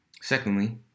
secondly